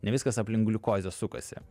ne viskas aplink gliukozę sukasi